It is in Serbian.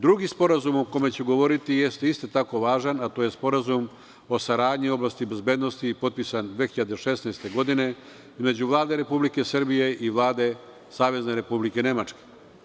Drugi sporazum o kome ću govoriti, jeste isto tako važan, a to je Sporazum o saradnji u oblasti bezbednosti i potpisan je 2016. godine između Vlade Republike Srbije i Vlade Savezne Republike Nemačke.